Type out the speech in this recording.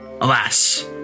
Alas